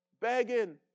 Begging